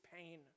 pain